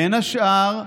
בין השאר,